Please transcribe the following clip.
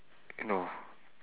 no